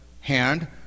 hand